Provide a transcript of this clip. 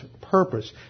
purpose